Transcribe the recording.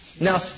Now